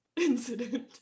incident